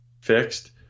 fixed